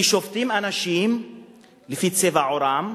כי שופטים אנשים לפי צבע עורם,